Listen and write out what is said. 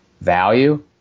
value